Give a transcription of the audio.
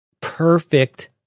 perfect